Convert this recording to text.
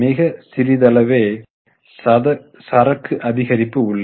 மிக சிறிதளவே சரக்கு அதிகரிப்பு உள்ளது